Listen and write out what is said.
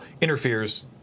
Interferes